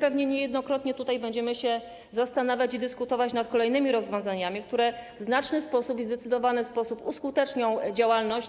Pewnie niejednokrotnie będziemy się tutaj zastanawiać i dyskutować nad kolejnymi rozwiązaniami, które w znaczny sposób, w zdecydowany sposób uskutecznią działalność